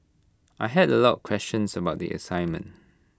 I had A lot questions about the assignment